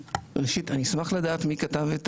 ראשית, אני אשמח לדעת מי כתב את